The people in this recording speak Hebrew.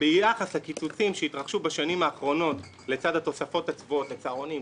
ביחס לקיצוצים שהתרחשו בשנים האחרונות לצד התוספות הצבועות לצהרונים,